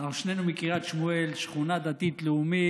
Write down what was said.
אנחנו שנינו מקריית שמואל, שכונה דתית-לאומית.